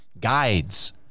guides